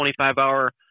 25-hour